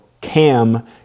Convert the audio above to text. cam